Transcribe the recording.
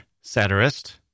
satirist